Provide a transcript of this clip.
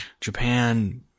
japan